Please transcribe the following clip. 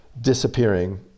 disappearing